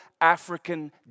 African